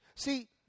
See